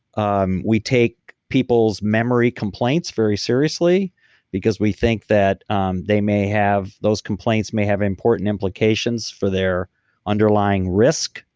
um we take people's memory complaints very seriously because we think that um they may have. those complaints may have important implications for their underlying risk,